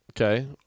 Okay